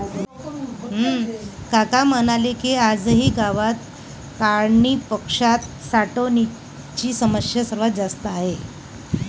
काका म्हणाले की, आजही गावात काढणीपश्चात साठवणुकीची समस्या सर्वात जास्त आहे